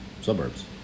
Suburbs